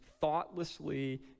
thoughtlessly